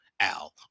Al